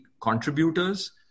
contributors